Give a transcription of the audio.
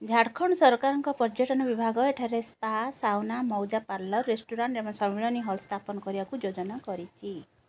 ଝାଡ଼ଖଣ୍ଡ ସରକାରଙ୍କ ପର୍ଯ୍ୟଟନ ବିଭାଗ ଏଠାରେ ସ୍ପା ସାଉନା ମଉଜା ପାର୍ଲର୍ ରେଷ୍ଟୁରାଣ୍ଟ୍ ଏବଂ ସମ୍ମିଳନୀ ହଲ୍ ସ୍ଥାପନ କରିବାକୁ ଯୋଜନା କରିଛି